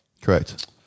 Correct